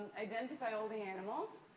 identify all the animals.